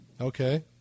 Okay